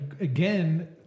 again